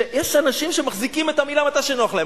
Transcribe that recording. שיש אנשים שמחזיקים את המלה מתי שנוח להם,